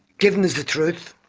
giving us the truth,